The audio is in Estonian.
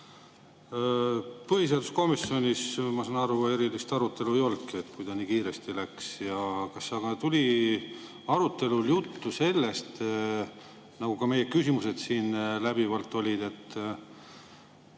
Põhiseaduskomisjonis, ma sain aru, erilist arutelu ei olnudki, kui see [ettekanne] nii kiiresti läks. Kas oli arutelul juttu sellest, nagu ka meie küsimused siin läbivalt olid, et